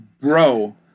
Bro